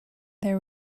there